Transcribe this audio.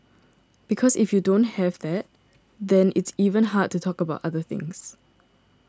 because if you don't have that then it's even hard to talk about other things